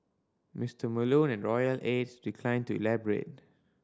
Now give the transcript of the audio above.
Mister Malone and royal aides declined to elaborate